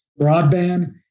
broadband